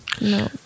No